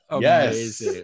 Yes